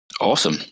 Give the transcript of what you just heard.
awesome